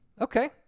Okay